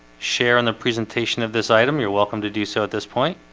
share in the presentation of this item. you're welcome to do so at this point